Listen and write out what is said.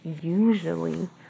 usually